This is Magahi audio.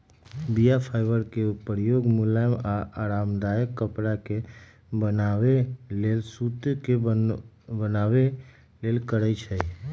बीया फाइबर के प्रयोग मुलायम आऽ आरामदायक कपरा के बनाबे लेल सुत के बनाबे लेल करै छइ